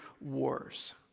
wars